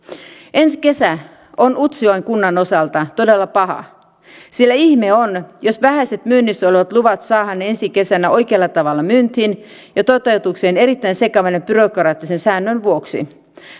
ensi kesä on utsjoen kunnan osalta todella paha sillä ihme on jos vähäiset myynnissä olevat luvat saadaan ensi kesänä oikealla tavalla myyntiin ja toteutukseen erittäin sekavan byrokraattisen säännön vuoksi